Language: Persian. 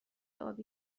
آبی